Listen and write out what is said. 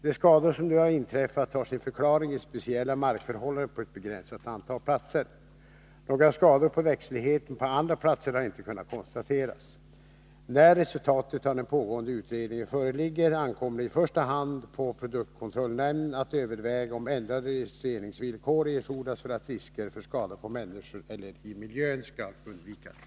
De skador som nu har inträffat har sin förklaring i speciella markförhållanden på ett begränsat antal platser. Några skador på växtligheten på andra platser har inte kunnat konstateras. När resultatet av den pågående utredningen föreligger ankommer det i första hand på produktkontrollnämnden att överväga om ändrade registreringsvillkor erfordras för att risker för skada på människor eller i miljön skall undvikas.